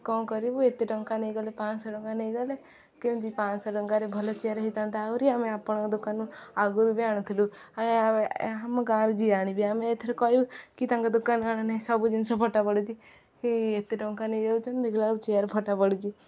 କ'ଣ କରିବୁ ଏତେ ଟଙ୍କା ନେଇଗଲେ ପାଞ୍ଚଶହ ଟଙ୍କା ନେଇଗଲେ କେମିତି ପାଞ୍ଚଶହ ଟଙ୍କାରେ ଭଲ ଚେୟାର ହେଇଥାନ୍ତା ଆହୁରି ଆମେ ଆପଣଙ୍କ ଦୋକାନରୁ ଆଗରୁ ବି ଆଣୁଥିଲୁ ଆ ଆମ ଗାଁରୁ ଯିଏ ଆଣିବେ ଆମେ ଏଥେରେ କହିବୁ କି ତାଙ୍କ ଦୋକାନରୁ ଆଣ ନାହିଁ ସବୁ ଜିନିଷ ଫଟା ପଡ଼ୁଛି କି ଏତେ ଟଙ୍କା ନେଇଯାଉଛନ୍ତି ଦେଖିଲାବେଳକୁ ଚେୟାର ଫଟା ପଡ଼ୁଛି